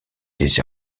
des